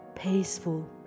peaceful